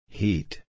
heat